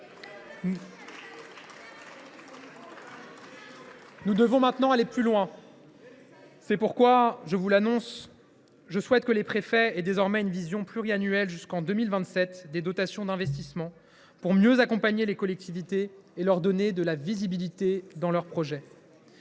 Nous devons maintenant aller plus loin. C’est pourquoi, je vous l’annonce, je souhaite que les préfets aient désormais une vision pluriannuelle, jusqu’en 2027, des dotations d’investissement, pour mieux accompagner les collectivités et leur donner de la visibilité dans la mise